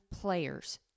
players